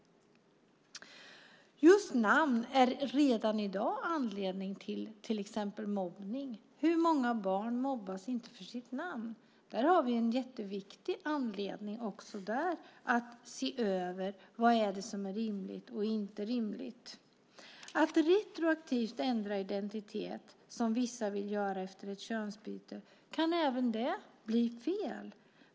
Just namn är redan i dag anledning till exempelvis mobbning. Hur många barn mobbas inte för sitt namn? Där har vi en jätteviktig anledning att se över vad som är rimligt och vad som inte är rimligt. Att retroaktivt ändra identitet, som vissa vill göra efter ett könsbyte, kan även det bli fel.